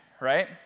right